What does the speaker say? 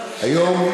היום,